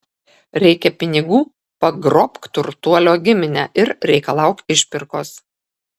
reikia pinigų pagrobk turtuolio giminę ir reikalauk išpirkos